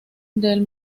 del